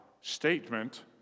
statement